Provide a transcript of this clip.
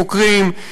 חוקרים,